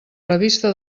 revista